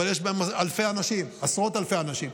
אבל יש בהם אלפי אנשים, עשרות אלפי אנשים.